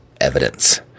evidence